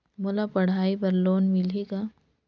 मोला पढ़ाई बर लोन मिलही का?